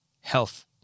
health